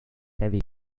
heavy